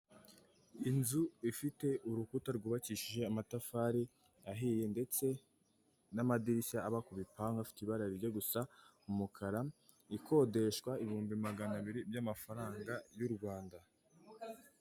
Inzu ifite urukuta rwubakishije amatafari ahiye, ndetse n'amadirishya aba ku bipangu afite ibara rijya gusa umukara, ikodeshwa ibihumbi magana abiri by'amafaranga y'u Rwanda.